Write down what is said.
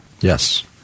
Yes